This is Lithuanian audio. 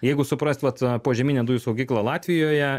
jeigu suprast vat požeminę dujų saugyklą latvijoje